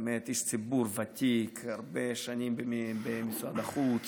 באמת איש ציבור ותיק, הרבה שנים במשרד החוץ.